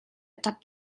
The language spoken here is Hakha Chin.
ṭap